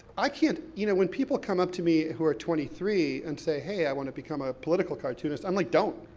i can't, you know, when people come up to me who are twenty three, and say, hey, i want to become a political cartoonist, i'm like don't,